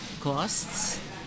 costs